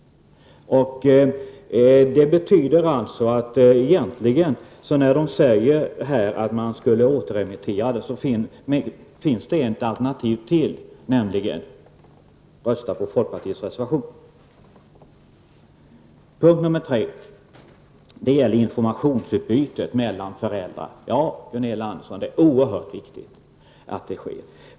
Det finns ytterligare ett alternativ till att återremittera ärendet, nämligen att rösta på folkpartiets reservation. Den tredje punkten gäller informationsutbytet mellan föräldrarna. Ja, Gunilla Andersson, det är oerhört viktigt att det sker.